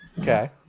Okay